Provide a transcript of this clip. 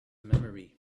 memory